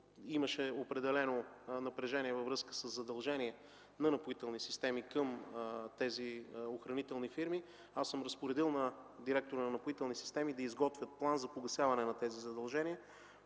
имаше определено напрежение във връзка със задължения на „Напоителни системи” към охранителни фирми, аз съм разпоредил на директора на „Напоителни системи” да изготвят план за погасяване на тези задължения.